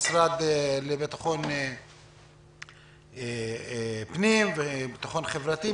המשרד לביטחון פנים וביטחון חברתי,